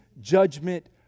judgment